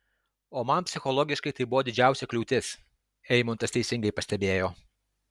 o man psichologiškai tai buvo didžiausia kliūtis eimuntas teisingai pastebėjo